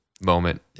moment